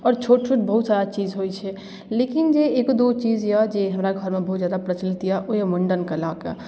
आओर छोट छोट बहुत सारा चीज होइ छै लेकिन जे एक दू चीज यऽ जे हमरा घरमे बहुत जादा प्रचलित यऽ ओ अइ मुण्डनके लऽ कऽ